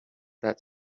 that